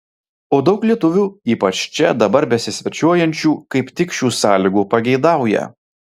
o daug lietuvių ypač čia dabar besisvečiuojančių kaip tik šių sąlygų pageidauja